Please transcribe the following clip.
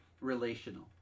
relational